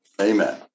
Amen